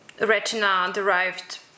retina-derived